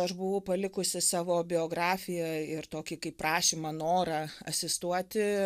aš buvau palikusi savo biografiją ir tokį kaip prašymą norą asistuoti